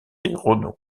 renault